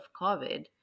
COVID